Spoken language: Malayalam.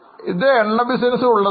ഇത് എണ്ണ ബിസിനസിൽ ഉള്ളതാണ്